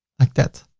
like that.